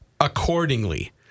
accordingly